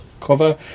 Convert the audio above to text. cover